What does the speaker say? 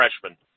freshman